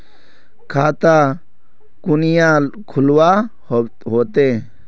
खाता कुनियाँ खोलवा होते?